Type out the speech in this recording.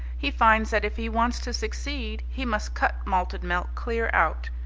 he finds that if he wants to succeed he must cut malted milk clear out.